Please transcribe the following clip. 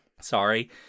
Sorry